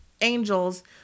angels